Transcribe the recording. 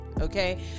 okay